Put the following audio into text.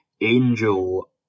Angel